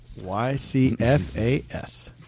Y-C-F-A-S